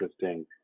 interesting